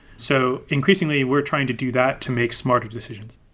so increasingly, we're trying to do that to make smart decisions.